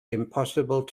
impossible